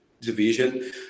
division